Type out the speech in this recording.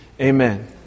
Amen